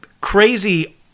crazy